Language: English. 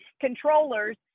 controllers